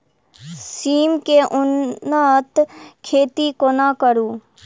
सिम केँ उन्नत खेती कोना करू?